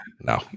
No